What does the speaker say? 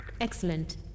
Excellent